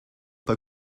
pas